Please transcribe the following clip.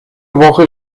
woche